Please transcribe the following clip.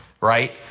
right